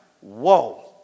Whoa